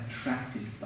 attracted